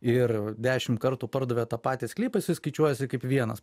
ir dešimt kartų pardavėt tą patį sklypą suskaičiuojasi kaip vienas